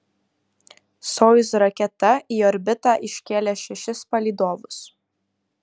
sojuz raketa į orbitą iškėlė šešis palydovus